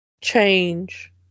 change